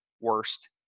worst